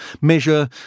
measure